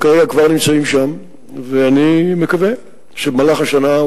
האלה, וכאילו רשות המים לא מעורבת בזה.